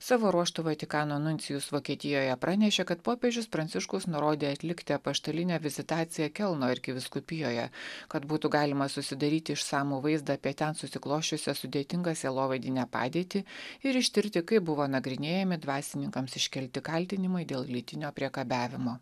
savo ruožtu vatikano nuncijus vokietijoje pranešė kad popiežius pranciškus nurodė atlikti apaštalinę vizitaciją kelno arkivyskupijoje kad būtų galima susidaryti išsamų vaizdą apie ten susiklosčiusią sudėtingą sielovadinę padėtį ir ištirti kaip buvo nagrinėjami dvasininkams iškelti kaltinimai dėl lytinio priekabiavimo